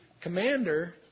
commander